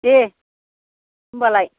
दे होमबालाय